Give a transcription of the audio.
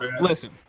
Listen